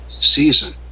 season